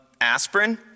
aspirin